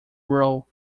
role